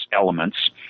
elements